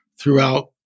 throughout